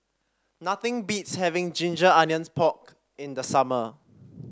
nothing beats having Ginger Onions Pork in the summer